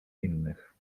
innych